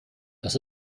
das